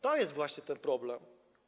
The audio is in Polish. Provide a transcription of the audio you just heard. To jest właśnie ten problem.